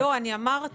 לא, אני אמרתי